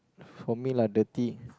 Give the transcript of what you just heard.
for me lah dirty